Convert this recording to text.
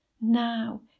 now